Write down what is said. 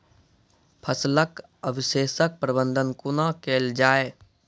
फसलक अवशेषक प्रबंधन कूना केल जाये?